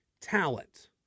talent